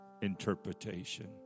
interpretation